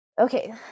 Okay